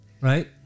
Right